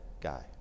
guy